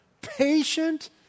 Patient